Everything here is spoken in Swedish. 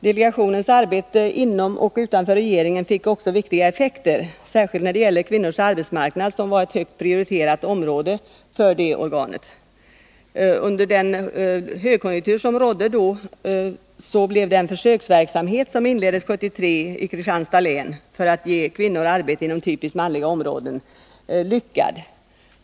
Delegationens arbete inom och utanför regeringen fick också betydelsefulla effekter, särskilt när det gäller kvinnors arbetsmarknad, som var ett högt prioriterat område för det organet. Under den högkonjunktur som rådde då blev den försöksverksamhet som inleddes 1973 i Kristianstads län för att ge kvinnor arbete inom typiskt manliga områden lyckosam.